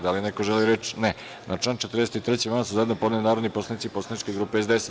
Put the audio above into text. Da li neko želi reč? (Ne) Na član 43. amandman su zajedno podneli narodni poslanici poslaničke grupe SDS.